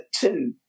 two